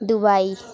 Dubai